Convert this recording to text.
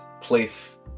place